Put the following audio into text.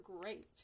great